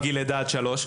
על גיל לידה עד שלוש,